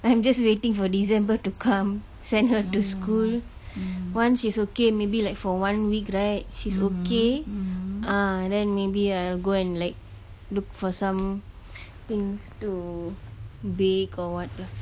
I'm just waiting for december to come send her to school once she's okay maybe like for one week right she's okay ah and then maybe I will go and like look for some things to bake or what lah